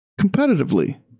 competitively